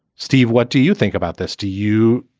steve, what do you think about this to you?